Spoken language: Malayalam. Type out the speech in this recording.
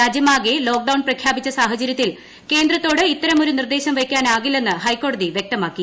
രാജ്യമാകെ ലോക്ഡൌൺ പ്രഖ്യാപിച്ച സാഹചര്യത്തിൽ കേന്ദ്രത്തോട് ഇത്തരമൊരു നിർദ്ദേശം വയ്ക്കാനാകില്ലെന്ന് ഹൈക്കോടതി വൃക്തമാക്കി